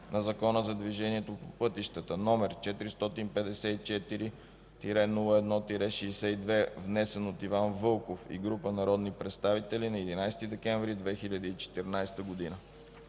на Закона за движението по пътищата, № 454-01-62, внесен от Иван Вълков и група народни представители на 11 декември 2014 г.”